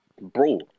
Bro